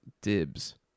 dibs